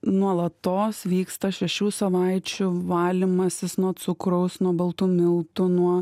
nuolatos vyksta šešių savaičių valymasis nuo cukraus nuo baltų miltų nuo